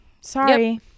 Sorry